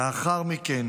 לאחר מכן